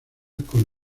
con